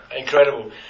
incredible